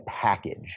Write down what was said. package